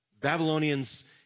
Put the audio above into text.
Babylonians